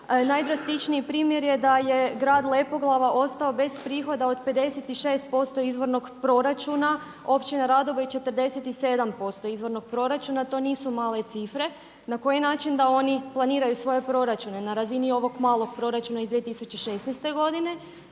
Najdrastičniji primjer je da je grad Lepoglava ostao bez prihoda od 56% izvornog proračuna, općina …/Govornik se ne razumije./… je 47% izvornog proračuna, to nisu male cifre. Na koji način da oni planiraju svoje proračune, na razini ovog malog proračuna iz 2016. godine